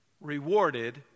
rewarded